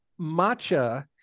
matcha